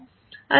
അതിനാൽ ഇത്